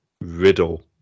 Riddle